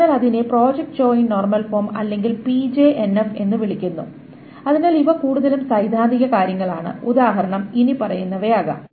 അതിനാൽ അതിനെ project join normal form അല്ലെങ്കിൽ പിജെഎൻഎഫ് എന്ന് വിളിക്കുന്നു അതിനാൽ ഇവ കൂടുതലും സൈദ്ധാന്തിക കാര്യങ്ങളാണ് ഉദാഹരണം ഇനിപ്പറയുന്നവയാകാം